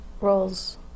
roles